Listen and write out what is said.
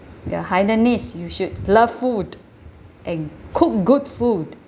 you're hainanese you should love food and cook good food